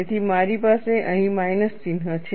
તેથી મારી પાસે અહીં માઈનસ ચિહ્ન છે